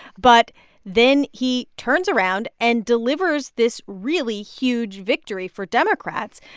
but then he turns around and delivers this really huge victory for democrats,